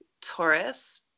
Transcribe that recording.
Taurus